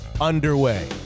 underway